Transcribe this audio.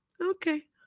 Okay